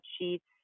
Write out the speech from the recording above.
Sheets